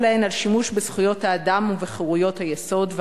להן על שימוש בזכויות האדם ובחירויות היסוד,